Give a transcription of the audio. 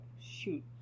shoot